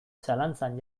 zalantzan